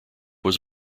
was